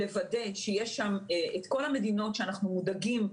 לוודא שיש שם את כל המדינות שאנחנו מודאגים,